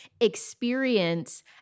experience